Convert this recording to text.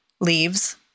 leaves